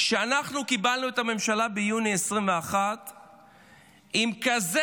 שאנחנו קיבלנו את הממשלה ביוני 2021 עם כזה